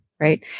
Right